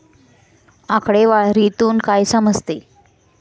आकडेवारीतून काय समजते?